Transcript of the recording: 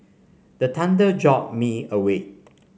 the thunder jolt me awake